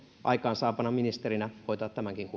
aikaansaapana ministerinä hoitaa tämänkin